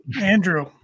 Andrew